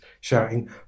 shouting